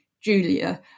Julia